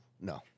No